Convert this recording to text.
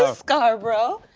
ah scarbro.